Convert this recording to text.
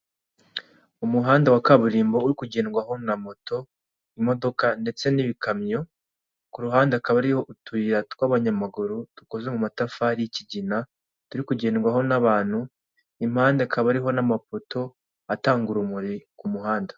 Icyumba cy'inama kirimo abayitabiriye bari mu mwambaro usa w'umweruru imipira y'umweru, ameza ariho ibitambaro by'umukara, hariho amazi n'udutabo n'intebe ziri mu ibara ry'umutuku imbere yabo hari porojegiteri, ikimurika kibereka ingingo bari bwigeho cyangwa ibyo bari kwigaho.